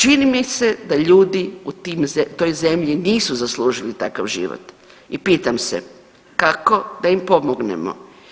Čini mi se da ljudi u toj zemlji nisu zaslužili takav život i pitam se kako da im pomognemo?